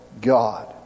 God